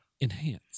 Enhance